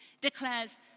declares